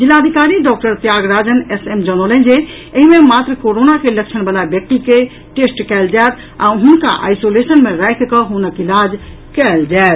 जिलाधिकारी doctor Tyagarajan S M जनौलनि जे एहि मे मात्र कोरोना के लक्षण वला व्यक्ति के टेस्ट कयल जायत आ हुनका आईसोलेशन मे राखिकऽ हुनक इलाज कयल जायत